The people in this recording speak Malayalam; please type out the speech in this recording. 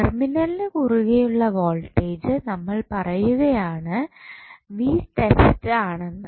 ടെർമിനലിന് കുറുകെയുള്ള വോൾട്ടേജ് നമ്മൾ പറയുകയാണ് ആണെന്ന്